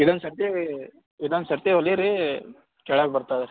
ಇದೊಂದು ಸರತಿ ಇದೊಂದು ಸರತಿ ಹೊಲಿ ರೀ ಕೆಳಗೆ ಬರ್ತದೆ ರೀ